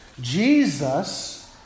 Jesus